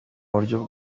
buryo